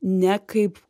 ne kaip